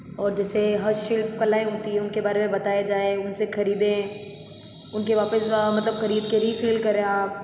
और जैसे हस्त शिल्प कलाएँ होती हैं उनके बारे में बाताया जाए उनसे खरीदें उनके वापस व मतलब खरीद के रीसेल करें आप